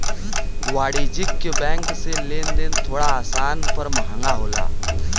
वाणिज्यिक बैंक से लेन देन थोड़ा आसान पर महंगा होला